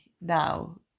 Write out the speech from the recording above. now